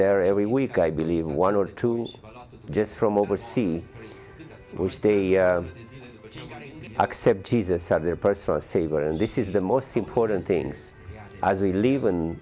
there every week i believe one or two just from overseas which they accept jesus as their personal savior and this is the most important things as we leave